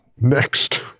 Next